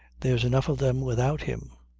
there's enough of them without him.